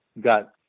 got